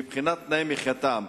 מבחינת תנאי מחייתם.